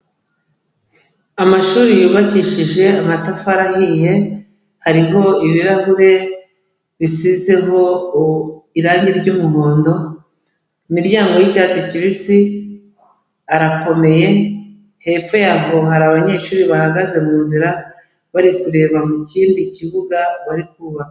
Amashuri yubakishije amatafari ahiye harimo ibirahure bisizeho irange ry'umuhondo, imiryango y'icyatsi kibisi arakomeye, hepfo yaho hari abanyeshuri bahagaze mu nzira bari kureba mu kindi kibuga bari kubaka.